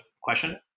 question